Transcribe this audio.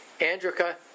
Andrica